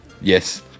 Yes